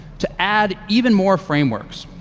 to add even more frameworks.